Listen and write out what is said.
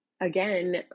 again